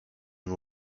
and